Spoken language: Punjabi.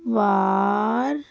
ਵਾਰ